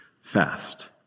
Fast